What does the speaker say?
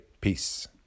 peace